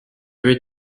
veux